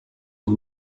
dem